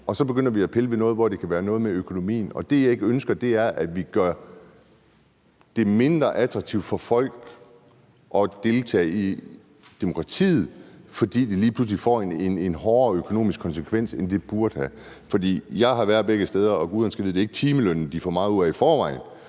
og så begynder vi at pille ved noget, hvor det kan være noget med økonomien. Det, jeg ikke ønsker, er, at vi gør det mindre attraktivt for folk at deltage i demokratiet, fordi det lige pludselig får en hårdere økonomisk konsekvens, end det burde have. Jeg har været begge steder, og guderne skal vide, at det ikke er timelønnen, man får meget ud af i forvejen.